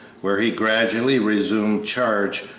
where he gradually resumed charge,